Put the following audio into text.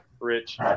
Rich